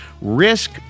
Risk